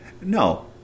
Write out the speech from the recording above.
no